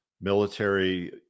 military